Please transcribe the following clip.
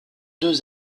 deux